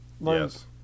Yes